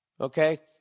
Okay